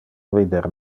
vider